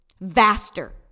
vaster